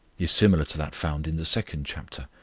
is similar to that found in the second chapter,